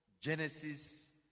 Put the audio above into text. Genesis